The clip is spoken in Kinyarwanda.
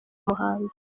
umuhanzi